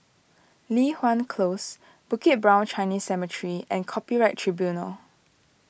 Li Hwan Close Bukit Brown Chinese Cemetery and Copyright Tribunal